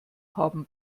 haben